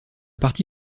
parti